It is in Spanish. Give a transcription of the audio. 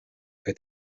que